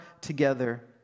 together